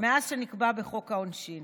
שנקבע בחוק העונשין